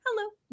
hello